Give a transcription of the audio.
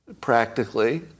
practically